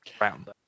round